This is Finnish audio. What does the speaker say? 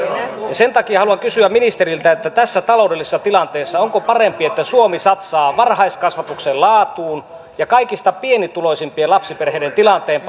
sen takia haluan kysyä ministeriltä tässä taloudellisessa tilanteessa onko parempi että suomi satsaa varhaiskasvatuksen laatuun ja kaikista pienituloisimpien lapsiperheiden tilanteen